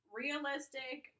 realistic